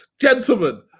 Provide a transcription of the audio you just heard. gentlemen